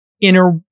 inner